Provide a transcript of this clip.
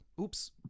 Oops